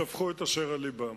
שפכו את אשר על לבם.